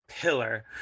pillar